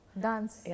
dance